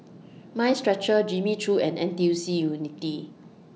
Mind Stretcher Jimmy Choo and N T U C Unity